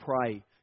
pray